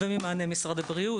וממענה משרד הבריאות,